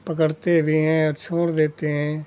पकड़ते भी हैं और छोड़ देते हैं